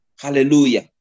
Hallelujah